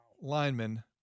lineman